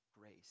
grace